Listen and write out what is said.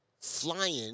flying